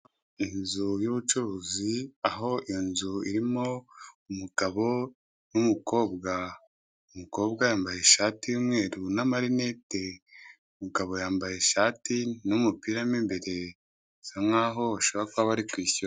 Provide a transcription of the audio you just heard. Inzu y'ubucuruzi aho inzu irimo umugabo n'umukobwa, umukobwa yambaye ishati y'umweru n'amarinete, umugabo yambaye ishati n'umupiramo imbere, bisa nk'aho bashobora kuba bari kwishyura.